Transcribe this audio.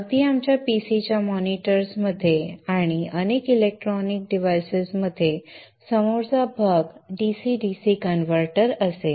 अगदी आमच्या PC च्या मॉनिटर्समध्ये आणि अनेक इलेक्ट्रॉनिक उपकरणांमध्ये समोरचा भाग DC DC कनवर्टर असेल